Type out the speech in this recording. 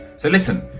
so listen,